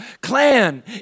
clan